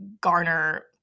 garner